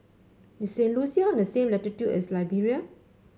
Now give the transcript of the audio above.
is Saint Lucia on the same latitude as Liberia